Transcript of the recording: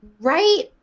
right